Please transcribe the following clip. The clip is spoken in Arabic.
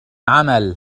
عمل